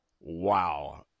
Wow